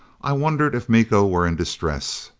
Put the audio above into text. i wondered if miko were in distress.